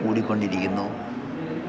കൂടിക്കൊണ്ടിരിക്കുന്നു